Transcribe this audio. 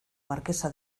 marquesa